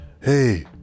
Hey